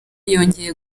yongeye